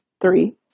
three